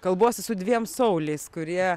kalbuosi su dviem sauliais kurie